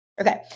Okay